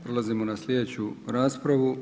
Prelazimo na sljedeću raspravu.